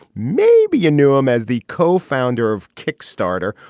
maybe you knew him as the co-founder of kickstarter.